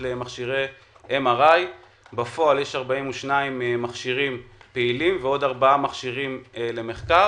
למכשירי MRI. בפועל יש 42 מכשירים פעילים ועוד 4 מכשירים למחקר.